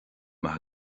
maith